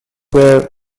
where